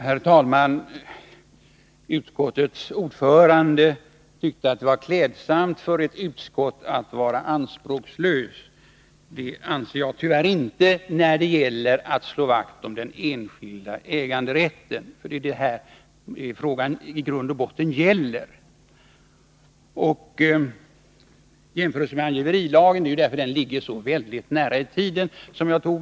Herr talman! Utskottets ordförande tyckte att det var klädsamt för ett utskott att vara anspråkslöst. Det anser inte jag när det gäller att slå vakt om den enskilda äganderätten, för det är det frågan i grund och botten gäller. Jag tog angiverilagen som exempel därför att den ligger så väldigt nära i tiden.